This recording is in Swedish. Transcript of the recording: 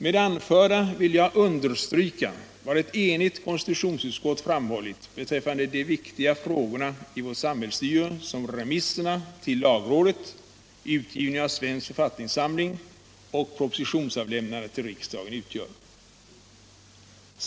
Med det anförda vill jag understryka vad ett enigt konstitutionsutskott framhållit beträffande de viktiga frågor i vår samhällsstyrelse som remisserna till lagrådet, utgivningen av Svensk författningssamling och propositionsavlämnandet till riksdagen utgör.